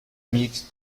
mixte